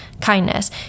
kindness